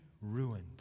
ruined